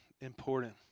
important